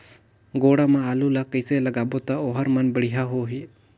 गोडा मा आलू ला कइसे लगाबो ता ओहार मान बेडिया होही?